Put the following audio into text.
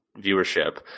viewership